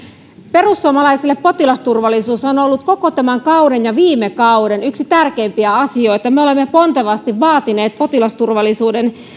perussuomalaisille potilasturvallisuus on on ollut koko tämän kauden ja viime kauden yksi tärkeimpiä asioita me olemme pontevasti vaatineet potilasturvallisuuden